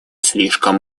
слишком